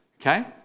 Okay